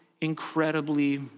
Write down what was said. incredibly